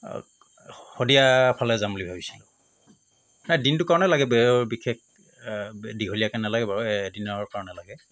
শদিয়া ফালে যাম বুলি ভাবিছিলো নাই দিনটো কাৰণে লাগে ব বিশেষ দীঘলীয়াকৈ নালাগে বাৰু এদিনৰ কাৰণে লাগে